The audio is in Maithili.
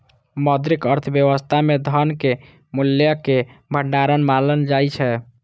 मौद्रिक अर्थव्यवस्था मे धन कें मूल्यक भंडार मानल जाइ छै